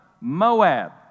Moab